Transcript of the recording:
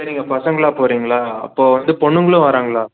சரிங்க பசங்களாக போகறிங்களா அப்போ வந்து பொண்ணுங்களும் வராங்களா